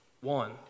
one